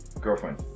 girlfriend